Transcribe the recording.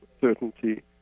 certainty